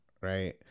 right